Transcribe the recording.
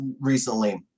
recently